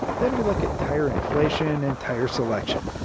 then we look at tire inflation and tire selection.